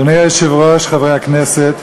אדוני היושב-ראש, חברי הכנסת,